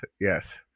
yes